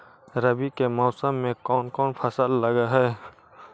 रवि के मौसम में कोन कोन फसल लग है?